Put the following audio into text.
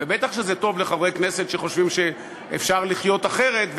ובטח שזה טוב לחברי כנסת שחושבים שאפשר לחיות אחרת,